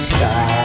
Sky